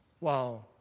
Wow